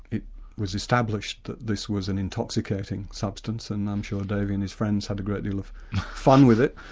it was established that this was an intoxicating substance and i'm sure davey and his friends had a great deal of fun with it,